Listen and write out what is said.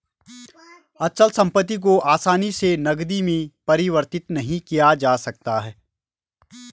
अचल संपत्ति को आसानी से नगदी में परिवर्तित नहीं किया जा सकता है